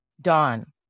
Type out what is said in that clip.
Dawn